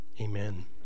Amen